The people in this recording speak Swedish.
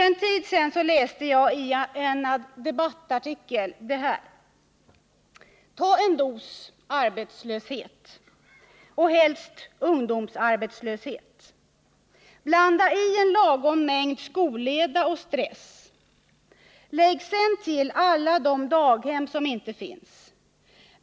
För en tid sedan läste jag i en debattartikel följande: Ta en dos arbetslöshet, helst ungdomsarbetslöshet. Blanda i en lagom mängd skolleda och stress. Lägg sedan till alla de daghem som inte finns.